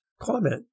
comment